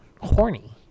horny